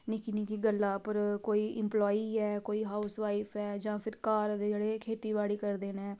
निक्की निक्की गल्ला उप्पर कोई इंपलाई ऐ कोई हाऊस वाईफ ऐ जां फिर घर दे जेह्ड़े खेत्ती बाड़ी करदे नै